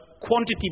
quantity